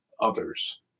others